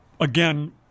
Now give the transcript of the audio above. again